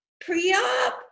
pre-op